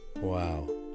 Wow